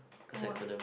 no what